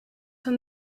from